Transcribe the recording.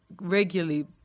regularly